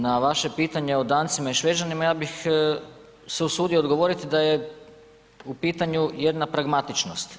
Na vaše pitanje o Dancima i Šveđanima ja bih se usudio odgovoriti da je u pitanju jedna pragmatičnost.